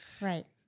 Right